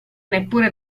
neppure